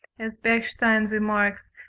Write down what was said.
as bechstein remarks,